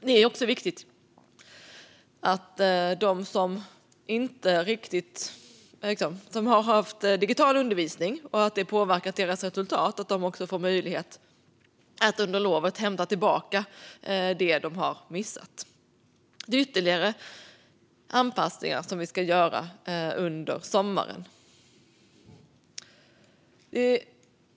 Det är också viktigt att de som har haft digital undervisning där detta har påverkat deras resultat får möjlighet att under lovet hämta tillbaka det de har missat. Det är ytterligare anpassningar som vi ska göra under sommaren.